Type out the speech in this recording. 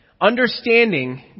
Understanding